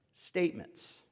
statements